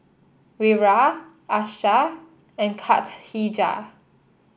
Wira Aishah and